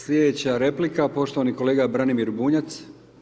Sljedeća replika poštovani kolega Branimir Bunjac.